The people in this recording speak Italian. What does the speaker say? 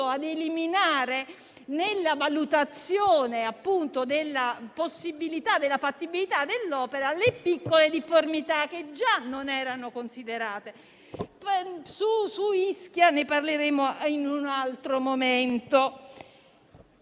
a eliminare nella valutazione della fattibilità dell'opera le piccole difformità, che già non erano considerate. Di Ischia parleremo in un altro momento.